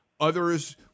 others